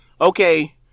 okay